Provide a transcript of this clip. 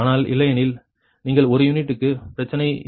ஆனால் இல்லையெனில் நீங்கள் ஒரு யூனிட் டுக்கு பிரச்சனை இல்லை